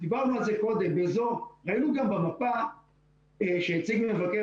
דיברנו על זה קודם ראינו גם במפה שהציג מבקר